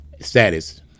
status